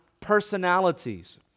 personalities